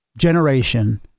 generation